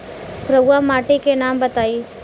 रहुआ माटी के नाम बताई?